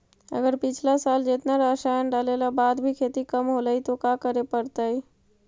अगर पिछला साल जेतना रासायन डालेला बाद भी खेती कम होलइ तो का करे पड़तई?